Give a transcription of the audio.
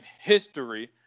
history